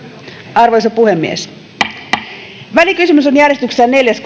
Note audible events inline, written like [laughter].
arvoisa puhemies välikysymys on järjestyksessään neljäs [unintelligible]